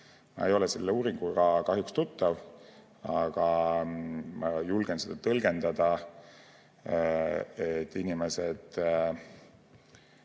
Ma ei ole selle uuringuga kahjuks tuttav, aga ma julgen seda tõlgendada nii, et inimesed